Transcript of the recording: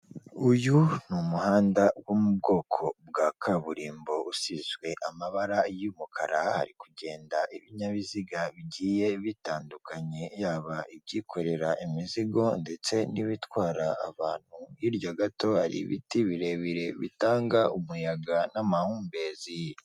Uyu ni umuhanda wo mu bwoko bwa kaburimbo, usizwe amabara y'umukara, hari kugenda ibinyabiziga bigiye bitandukanye, yaba ibyikorera imizigo ndetse n'ibitwara abantu, hirya gato hari ibiti birebire bitanga umuyaga n'amahumbezi.